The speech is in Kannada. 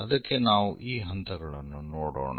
ಅದಕ್ಕೆ ನಾವು ಈ ಹಂತಗಳನ್ನು ನೋಡೋಣ